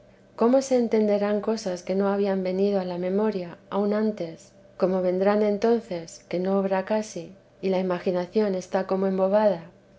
cómo se entenderán cosas que no habían venido a la memoria aun antes como vernán entonces que no obra casi y la imaginación está como embobada